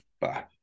Bye